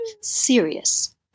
serious